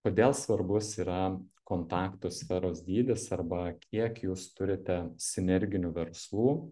kodėl svarbus yra kontaktų sferos dydis arba kiek jūs turite sinerginių verslų